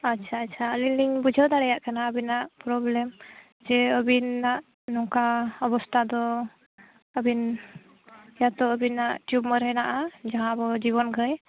ᱟᱪᱪᱷᱟ ᱟᱪᱪᱷᱟ ᱟᱹᱞᱤᱧ ᱞᱤᱧ ᱵᱩᱡᱷᱟᱹᱣ ᱫᱟᱲᱮᱭᱟᱜ ᱠᱟᱱᱟ ᱟᱹᱵᱤᱱᱟᱜ ᱯᱨᱳᱵᱞᱮᱢ ᱡᱮ ᱟᱹᱵᱤᱱᱟᱜ ᱱᱚᱝᱠᱟ ᱚᱵᱚᱥᱛᱟ ᱫᱚ ᱟᱹᱵᱤᱱ ᱦᱮᱸ ᱛᱚ ᱟᱹᱵᱤᱱᱟᱜ ᱴᱤᱭᱩᱢᱟᱨ ᱦᱮᱱᱟᱜᱼᱟ ᱡᱟᱦᱟᱸ ᱫᱚ ᱡᱤᱵᱚᱱ ᱜᱷᱟᱹᱭ